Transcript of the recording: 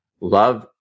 love